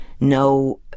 no